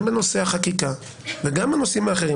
גם בנושא החקיקה וגם בנושאים האחרים,